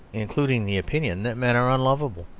including the opinion that men are unlovable.